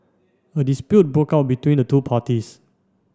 a dispute broke out between the two parties